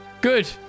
Good